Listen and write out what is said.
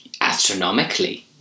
astronomically